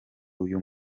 uyu